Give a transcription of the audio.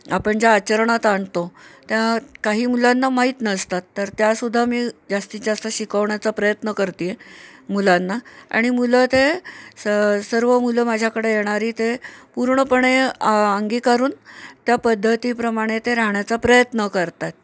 आपण ज्या आचरणात आणतो त्या काही मुलांना माहीत नसतात तर त्यासुद्धा मी जास्तीत जास्त शिकवण्याचा प्रयत्न करते आहे मुलांना आणि मुलं ते स सर्व मुलं माझ्याकडे येणारी ते पूर्णपणे अंगीकारून त्या पद्धतीप्रमाणे ते राहण्याचा प्रयत्न करतात